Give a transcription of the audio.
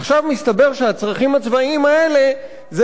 עכשיו מסתבר שהצרכים הצבאיים האלה זה